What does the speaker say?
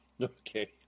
Okay